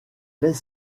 best